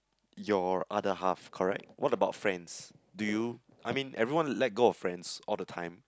your other half correct what about friends do you I mean everyone let go of friends all the time